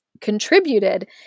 contributed